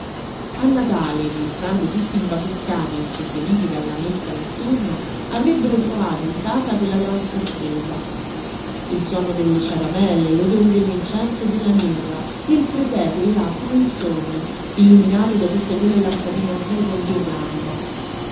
a natale rientrando tutti imbacuccati e infreddoliti dalla messa notturna avrebbero trovato in casa quella gran sorpresa il suono delle ciaramelle l'odore dell'incenso e della mirra e il presepe là come un sogno illuminato da tutte quelle lampadine azzurre in ghirlanda